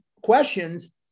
questions